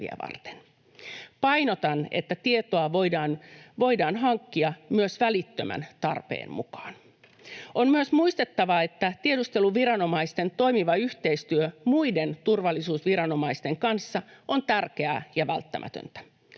Painotan, että tietoa voidaan hankkia myös välittömän tarpeen mukaan. On myös muistettava, että tiedusteluviranomaisten toimiva yhteistyö muiden turvallisuusviranomaisten kanssa on tärkeää ja välttämätöntä.